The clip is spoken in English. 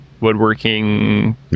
woodworking